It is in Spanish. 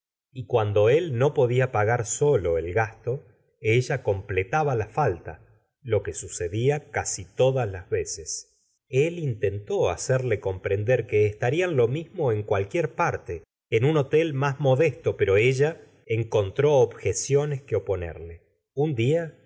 y cuando él no podía pagar solo el gasto ella completaba la falta lo que sucedía casi todas las veces el intentó hacerle comprender que estarían lo mismo en cualquier parte en un hotel más modesto pero ella encontró objeciones que oponerle un día